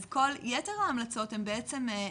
אז כל יתר ההמלצות הם בעצם,